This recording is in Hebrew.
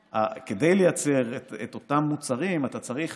וכדי לייצר את אותם מוצרים אתה צריך